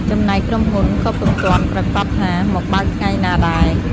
ចំណែកក្រុមហ៊ុនក៏ពុំទាន់ប្រាកដថា មកបើកថ្ងៃណាដែរ ។